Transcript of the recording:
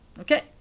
Okay